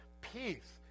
peace